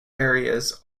areas